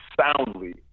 soundly